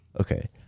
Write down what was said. Okay